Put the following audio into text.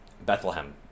Bethlehem